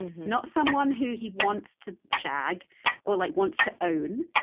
not someone who he wants to shag or like wants to own,